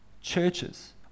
churches